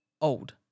Old